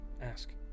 ask